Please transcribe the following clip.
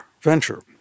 venture